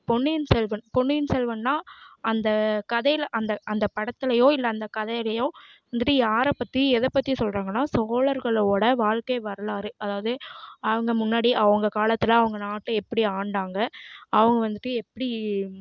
பொன்னியின் செல்வன் பொன்னியின் செல்வன்னா அந்த கதையில் அந்த அந்த படத்திலையோ இல்லை அந்த கதையிலையோ வந்துட்டு யாரை பற்றி எதை பற்றி சொல்கிறாங்கன்னா சோழர்களோட வாழ்க்கை வரலாறு அதாவது அவங்க முன்னாடியே அவங்க காலத்தில் அவங்க நாட்டை எப்படி ஆண்டாங்க அவங்க வந்துட்டு எப்படி